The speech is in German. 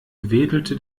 wedelte